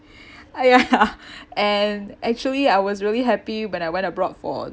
uh ya ya and actually I was really happy when I went abroad for